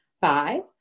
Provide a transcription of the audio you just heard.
five